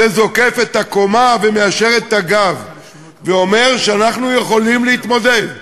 זה זוקף את הקומה ומיישר את הגב ואומר שאנחנו יכולים להתמודד.